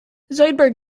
zoidberg